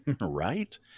right